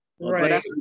right